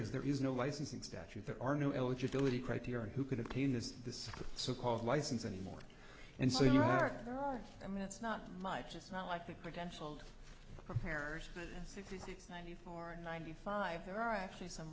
is there is no licensing statute there are no eligibility criteria who could obtain this this so called license anymore and so you are i mean it's not much it's not like the credentialed preparers and sixty six ninety four ninety five there are actually some